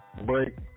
break